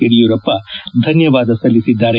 ಯಡಿಯೂರಪ್ಪ ಧನ್ನವಾದ ಸಲ್ಲಿಸಿದ್ದಾರೆ